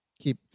keep